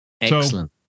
Excellent